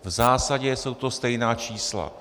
V zásadě jsou to stejná čísla.